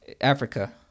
Africa